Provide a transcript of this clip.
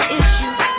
issues